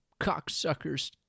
cocksuckers